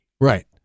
Right